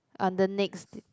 on the next